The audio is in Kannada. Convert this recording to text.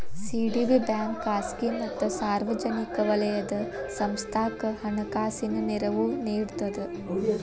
ಸಿ.ಡಿ.ಬಿ ಬ್ಯಾಂಕ ಖಾಸಗಿ ಮತ್ತ ಸಾರ್ವಜನಿಕ ವಲಯದ ಸಂಸ್ಥಾಕ್ಕ ಹಣಕಾಸಿನ ನೆರವು ನೇಡ್ತದ